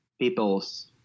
people's